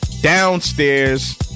Downstairs